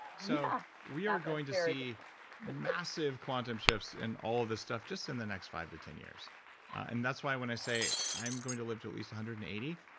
yeah we are going to see massive quantum shifts in all this stuff just in the next five to ten years and that's why when i say i'm going to live to at least one hundred and eighty,